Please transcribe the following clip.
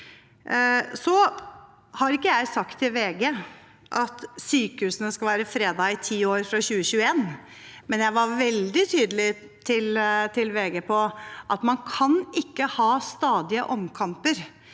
Jeg har ikke sagt til VG at sykehusene skal være fredet i ti år fra 2021, men jeg var veldig tydelig på at man ikke kan ha stadige omkamper.